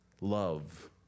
love